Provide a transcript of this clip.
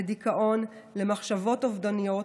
לדיכאון ולמחשבות אובדניות,